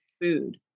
food